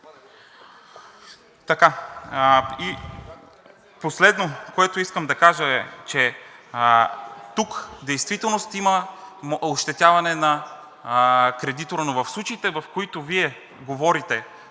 ти. Последното, което искам да кажа, е, че тук действително има ощетяване на кредитора, но в случаите, в които Вие говорите,